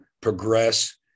progress